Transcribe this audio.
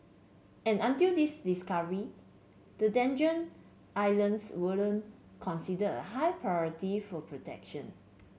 and until this discovery the Islands wasn't considered a high priority for protection